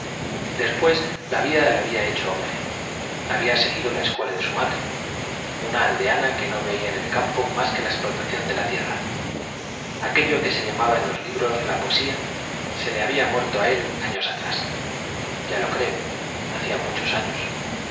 después la vida le había hecho hombre había seguido la escuela de su madre una aldeana que no veía en el campo más que la explotación de la tierra aquello que se llamaba en los libros la poesía se le había muerto a él años atrás ya lo creo hacía muchos años